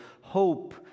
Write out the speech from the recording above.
hope